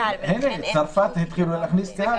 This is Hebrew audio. צרפת התחילה להכניס קהל.